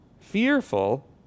Fearful